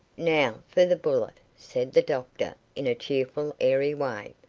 now for the bullet, said the doctor in a cheerful, airy way.